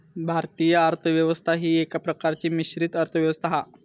भारतीय अर्थ व्यवस्था ही एका प्रकारची मिश्रित अर्थ व्यवस्था हा